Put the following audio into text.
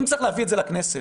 אם צריך להביא את זה לכנסת,